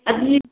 ꯑꯗꯨꯒꯤ